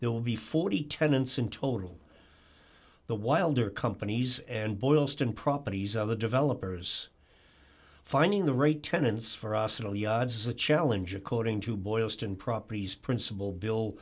there will be forty tenants in total the wilder companies and boylston properties of the developers finding the right tenants for us at all yards is a challenge according to boylston properties principal bill